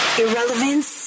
irrelevance